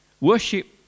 Worship